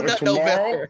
tomorrow